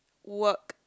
work